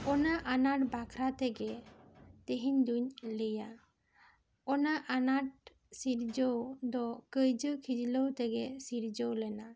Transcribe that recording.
ᱚᱱᱟ ᱟᱱᱟᱴ ᱵᱟᱠᱷᱟᱨᱟ ᱛᱮᱜᱮ ᱛᱮᱦᱮᱧ ᱫᱩᱧ ᱞᱟᱹᱭᱟ ᱚᱱᱟ ᱟᱱᱟᱴ ᱥᱤᱨᱡᱟᱹᱣ ᱫᱚ ᱠᱟᱹᱭᱡᱟᱹ ᱠᱷᱤᱡᱞᱟᱹᱣ ᱛᱮᱜᱮ ᱥᱤᱨᱡᱟᱹᱣ ᱞᱮᱱᱟ